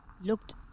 looked